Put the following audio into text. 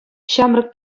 ҫамрӑк